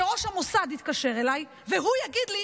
שראש המוסד יתקשר אליי והוא יגיד לי